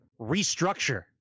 Restructure